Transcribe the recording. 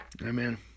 amen